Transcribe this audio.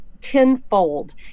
tenfold